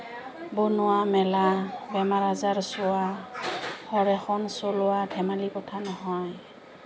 বনোৱা মেলা বেমাৰ আজাৰ চোৱা ঘৰ এখন চলোৱা ধেমালি কথা নহয়